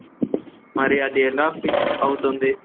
మరి అది ఎలా ఫిక్స్ అవుతుంది